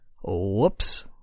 Whoops